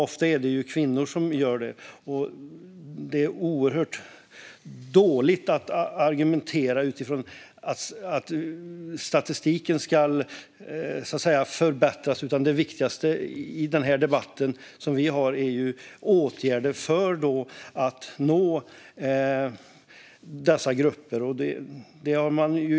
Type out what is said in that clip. Det är mycket dåligt att argumentera utifrån att statistiken ska förbättras. Det viktigaste på vårt område är ju att vidta åtgärder för att nå dessa grupper.